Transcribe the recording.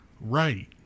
Right